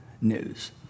news